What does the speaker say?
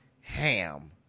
ham